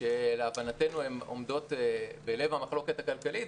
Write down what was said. שלהבנתנו עומדות בלב המחלוקת הכלכלית,